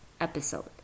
episode